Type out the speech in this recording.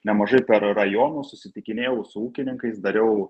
nemažai per rajonus susitikinėjau su ūkininkais dariau